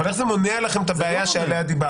אבל איך זה מונע לכם את הבעיה שעליה דיברתם?